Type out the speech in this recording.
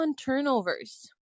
turnovers